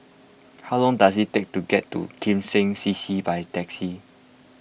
how long does it take to get to Kim Seng C C by taxi